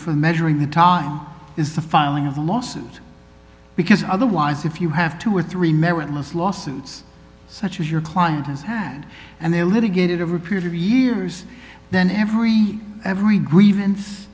for measuring the time is the filing of the lawsuit because otherwise if you have two or three meritless lawsuits such as your client his hand and their litigated of repute of years then every every grievance